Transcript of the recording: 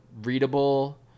readable